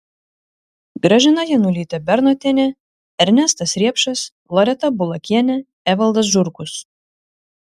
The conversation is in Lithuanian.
gražina janulytė bernotienė ernestas riepšas loreta bulakienė evaldas žurkus